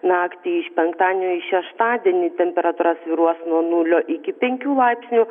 naktį iš penktadienio į šeštadienį temperatūra svyruos nuo nulio iki penkių laipsnių